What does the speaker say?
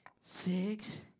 six